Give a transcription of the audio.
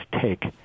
take